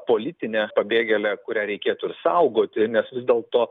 politinę pabėgėlę kurią reikėtų ir saugoti nes vis dėlto